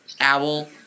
Owl